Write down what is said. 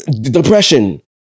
Depression